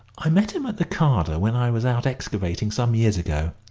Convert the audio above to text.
i met him at nakada when i was out excavating some years ago.